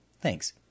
Thanks